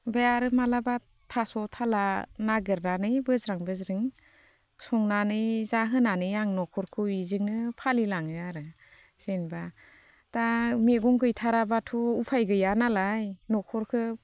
ओमफ्राय आरो माब्लाबा थास' थाला नागिरनानै बोज्रां बोज्रिं संनानै जाहोनानै आं न'खरखौ इदिनो फालिलाङो आरो जेन'बा दा मैगं गैथाराब्लाथ' उफाय गैया नालाय न'खरखौ